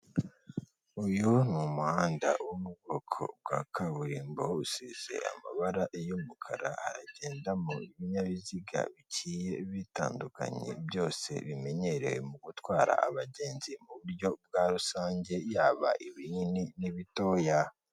Uyu ni umuhanda wo ubwoko bwa kaburimbo usize amabara y'umukara haragendamo ibinyabiziga bigiye bitandukanye byose bimenyerewe mu gutwara abagenzi mu buryo bwa rusange yaba ibinini n'ibitoya